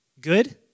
good